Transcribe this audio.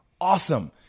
Awesome